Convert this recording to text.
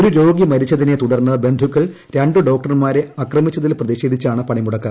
ഒരു രോഗി മരിച്ചതിനെ തുടർന്ന് ബന്ധുക്കൾ രണ്ട് ഡോക്ടർമാരെ ആക്രമിച്ചതിൽ പ്രതിഷേധിച്ചാണ് പണിമുടക്ക്